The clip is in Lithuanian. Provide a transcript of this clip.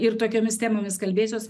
ir tokiomis temomis kalbėsiuos